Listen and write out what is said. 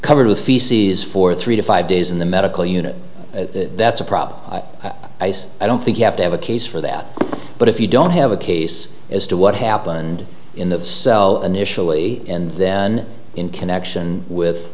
covered with feces for three to five days in the medical unit that's a problem i don't think you have to have a case for that but if you don't have a case as to what happened in the cell initially and then in connection with